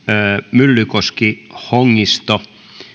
myllykoski hongisto